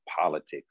politics